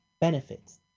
benefits